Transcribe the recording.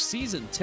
Season